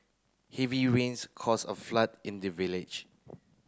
heavy rains caused a flood in the village